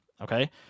Okay